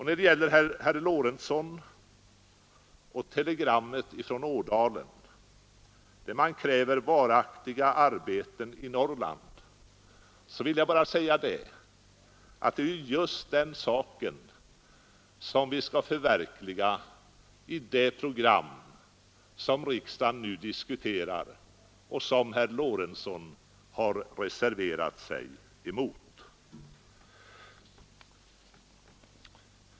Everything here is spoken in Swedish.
När det gäller herr Lorentzon och telegrammet från Ådalen där man kräver varaktiga arbeten i Norrland vill jag bara säga att det är just den saken som vi skall förverkliga i det program som riksdagen nu diskuterar och som herr Lorentzon har reserverat sig emot.